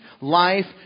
life